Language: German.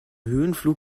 höhenflug